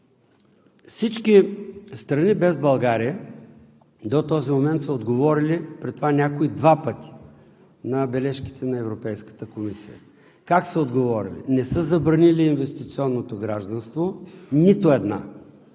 Всички страни без България до този момент са отговорили, при това някои два пъти, на бележките на Европейската комисия. Как са отговорили? Не са забранили инвестиционното гражданство – нито една,